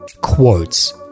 quotes